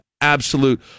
absolute